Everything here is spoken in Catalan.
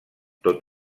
tot